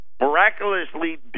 miraculously